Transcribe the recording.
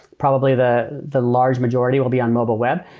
probably the the large majority will be on mobile web.